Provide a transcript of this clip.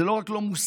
זה לא רק לא מוסרי,